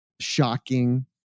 shocking